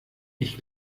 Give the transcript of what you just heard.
ich